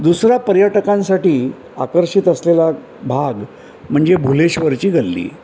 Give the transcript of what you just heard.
दुसरा पर्यटकांसाठी आकर्षित असलेला भाग म्हणजे भुलेश्वरची गल्ली